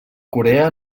coreà